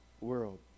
world